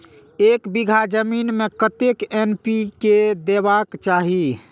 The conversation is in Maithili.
एक बिघा जमीन में कतेक एन.पी.के देबाक चाही?